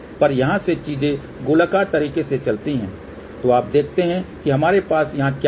पर यहां ये चीजें गोलाकार तरीके से चलती हैं तो अब देखते हैं कि हमारे पास यहाँ क्या है